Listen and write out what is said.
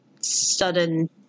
sudden